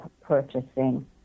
purchasing